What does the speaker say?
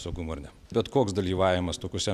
saugumui ar ne bet koks dalyvavimas tokiose